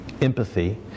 empathy